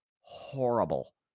horrible